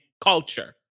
culture